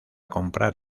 comprar